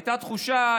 הייתה תחושה,